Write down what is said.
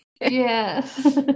Yes